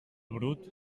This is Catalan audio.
brut